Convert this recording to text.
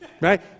Right